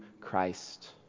Christ